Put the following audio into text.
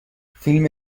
فیلم